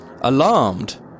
Alarmed